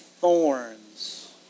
thorns